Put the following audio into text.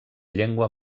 llengua